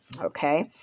Okay